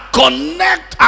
connect